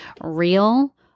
real